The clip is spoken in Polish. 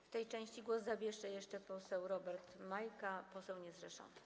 W tej części głos zabierze jeszcze poseł Robert Majka, poseł niezrzeszony.